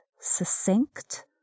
succinct